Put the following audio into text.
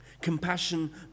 Compassion